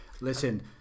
listen